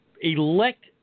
elect –